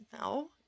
No